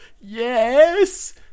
yes